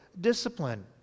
discipline